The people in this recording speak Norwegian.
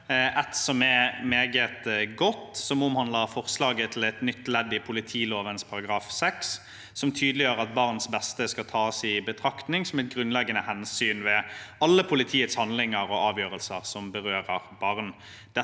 som er meget godt, omhandler forslag til et nytt ledd i politiloven § 6 som tydeliggjør at barns beste skal tas i betraktning som et grunnleggende hen syn ved alle politiets handlinger og avgjørelser som berører barn.